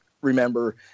remember